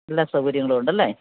എല്ലാ സൗകര്യങ്ങളുമുണ്ടല്ലേ